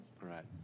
right